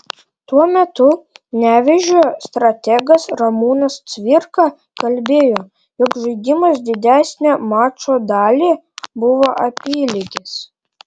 tuo metu nevėžio strategas ramūnas cvirka kalbėjo jog žaidimas didesnę mačo dalį buvo apylygis